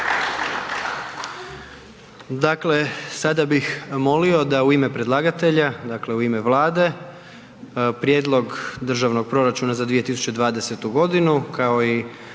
Dakle, sada bih molio da u ime predlagatelja, dakle u ime Vlade prijedlog Državnog proračuna za 2020. godinu kao i